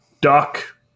duck